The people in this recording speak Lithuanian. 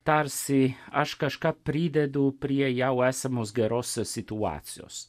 tarsi aš kažką pridedu prie jau esamos geros situacijos